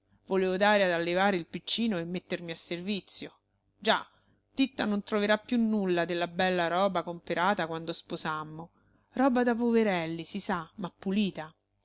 volevo dare ad allevare il piccino e mettermi a servizio già titta non troverà più nulla della bella roba comperata quando sposammo roba da poverelli si sa ma pulita